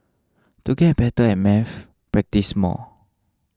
to get better at maths practise more